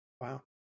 Wow